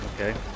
Okay